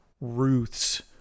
Ruth's